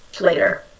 later